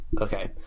okay